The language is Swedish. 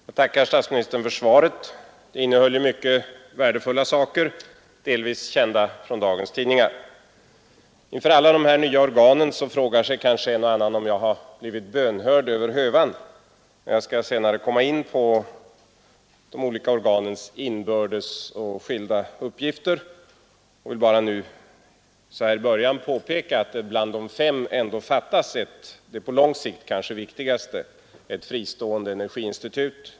Herr talman! Jag tackar statsministern för svaret. Det innehöll mycket värdefulla saker, delvis kända från dagens tidningar. Inför alla de nya organen frågar sig kanske en och annan, om jag har blivit bönhörd över hövan. Jag skall senare komma in på de olika organens inbördes och skilda uppgifter; jag vill bara nu så här i början påpeka att bland de fem ändå fattas ett — det på lång sikt kanske viktigaste: ett fristående energiinstitut.